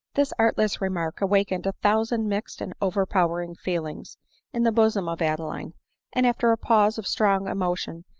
this artless remark awakened a thousand mixed and overpowering feelings in the bosom of adeline and, after a pause of strong emotion,